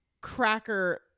cracker